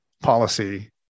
policy